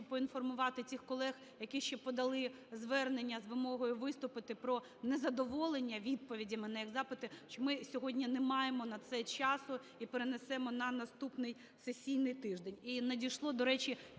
поінформувати тих колег, які ще подали звернення з вимогою виступити про незадоволення відповідями на їх запити, що ми сьогодні не маємо на це часу і перенесемо на наступний сесійний тиждень.